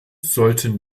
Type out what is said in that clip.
sollten